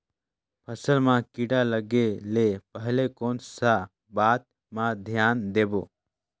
फसल मां किड़ा लगे ले पहले कोन सा बाता मां धियान देबो?